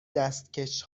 دستکش